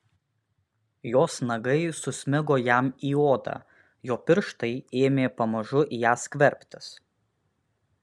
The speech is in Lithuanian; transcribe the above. jos nagai susmigo jam į odą jo pirštai ėmė pamažu į ją skverbtis